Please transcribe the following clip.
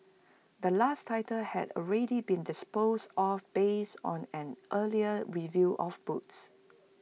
the last title had already been disposed off based on an earlier review of books